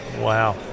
Wow